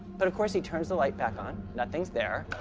but of course, he turns the light back on, nothing's there.